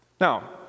Now